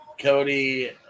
Cody